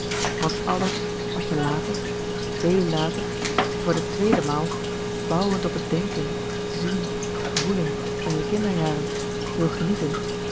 want alles wat je later véél later voor de twééde maal bouwend op t denken zien voelen van je kinderjaren wil genieten